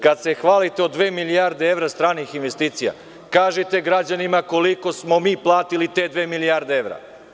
Kad se hvalite od dve milijarde evra stranih investicije kažite građanima koliko smo mi platili te dve milijarde evra.